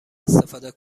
استفاده